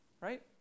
Right